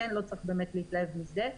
באמת לא צריך להתלהב מזה.